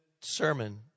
sermon